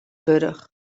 wurdich